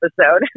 episode